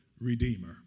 redeemer